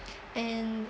and